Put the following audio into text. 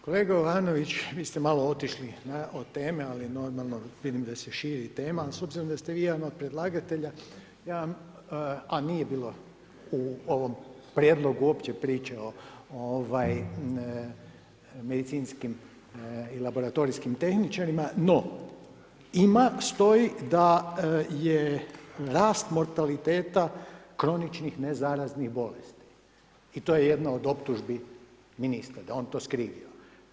Kolega Jovanović, vi ste malo otišli od teme ali normalno vidim da se širi tema, a s obzirom da ste vi jedan od predlagatelja, a nije bilo u ovom prijedlogu uopće priče o medicinskim i laboratorijskim tehničarima, no, ima, stoji da je rast mortaliteta kroničnih nezaraznih bolesti i to je jedna od optužbi ministra, da on to skriva.